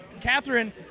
Catherine